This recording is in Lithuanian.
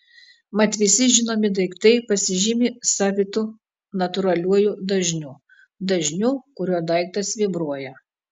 mat visi žinomi daiktai pasižymi savitu natūraliuoju dažniu dažniu kuriuo daiktas vibruoja